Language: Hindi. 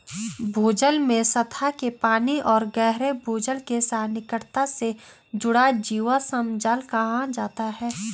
भूजल में सतह के पानी और गहरे भूजल के साथ निकटता से जुड़ा जीवाश्म जल कहा जाता है